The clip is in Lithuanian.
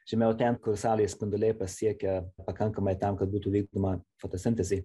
žemiau ten kur saulės spinduliai pasiekia pakankamai tam kad būtų vykdoma fotosintezė